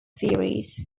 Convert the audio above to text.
series